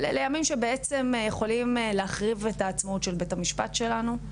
אבל אלה ימים שבעצם יכולים להחריב את העצמאות של בית המשפט שלנו,